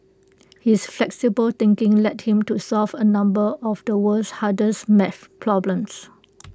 his flexible thinking led him to solve A number of the world's harder's math problems